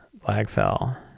Lagfell